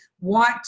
want